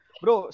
bro